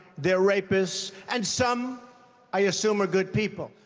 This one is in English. they're rapists. and some i assume are good people.